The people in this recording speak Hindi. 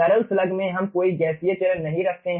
तरल स्लग में हम कोई गैसीय चरण नहीं रखते हैं